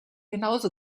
genauso